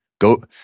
Go